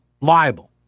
liable